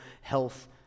health